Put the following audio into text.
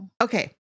Okay